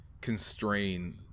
constrain